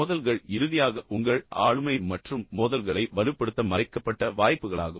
மோதல்கள் இறுதியாக உங்கள் ஆளுமை மற்றும் மோதல்களை வலுப்படுத்த மறைக்கப்பட்ட வாய்ப்புகளாகும்